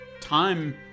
time